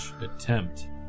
attempt